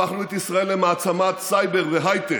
הפכנו את ישראל למעצמת סייבר והייטק,